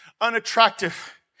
unattractive